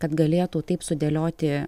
kad galėtų taip sudėlioti